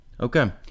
Okay